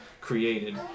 created